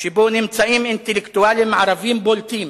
שבו נמצאים אינטלקטואלים ערבים בולטים,